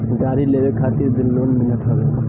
गाड़ी लेवे खातिर भी लोन मिलत हवे